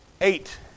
Eight